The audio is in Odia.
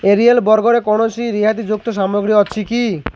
ଏରିଏଲ୍ ବର୍ଗରେ କୌଣସି ରିହାତିଯୁକ୍ତ ସାମଗ୍ରୀ ଅଛି କି